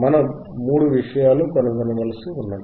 మనం మూడు విషయాలు కనుగొనవలసి ఉన్నది